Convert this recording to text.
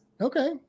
Okay